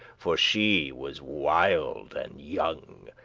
for she was wild and young,